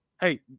hey